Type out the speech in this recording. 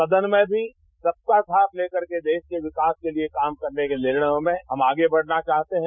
सदन में भी सबका साथ ले करके देश के विकास के लिए काम करने के निर्णयों में हम आगे बढ़ना चाहते हैं